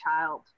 child